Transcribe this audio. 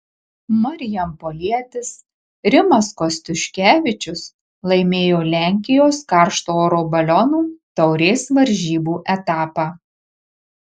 marijampolietis rimas kostiuškevičius laimėjo lenkijos karšto oro balionų taurės varžybų etapą